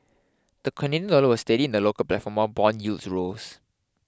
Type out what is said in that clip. the Canadian dollar was steady in the local platform while bond yields rose